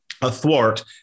athwart